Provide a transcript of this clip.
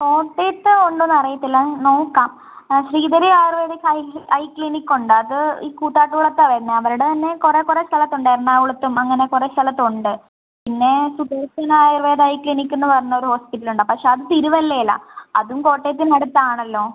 കോട്ടയത്ത് ഉണ്ടോയെന്നറിയത്തില്ല നോക്കാം ആ Sreedhareeya ayurvedic eye eye clinic ഉണ്ട് അത് ഈ കൂത്താട്ടുകുളത്താണ് വരുന്നത് അവരുടെതന്നെ കുറേ കുറേ സ്ഥലത്തുണ്ട് എറണാകുളത്തും അങ്ങനെ കുറേ സ്ഥലത്തുണ്ട് പിന്നേ സുദർശന ആയുർവേദ ഐ ക്ലിനിക്ക് എന്ന് പറഞ്ഞൊരു ഹോസ്പിറ്റലുണ്ട് പക്ഷെ അത് തിരുവല്ലയിലാണ് അതും കോട്ടയത്തിനടുത്താണല്ലോ